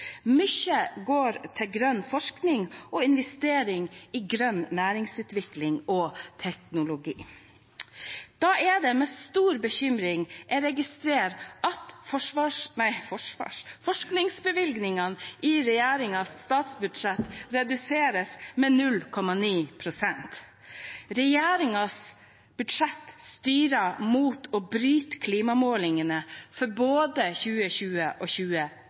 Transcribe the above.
Mye går til grønn forskning og investering i grønn næringsutvikling og teknologi. Da er det med stor bekymring jeg registrerer at forskningsbevilgningene i regjeringens statsbudsjett reduseres med 0,9 pst. Regjeringens budsjett styrer mot å bryte klimamålene for både 2020 og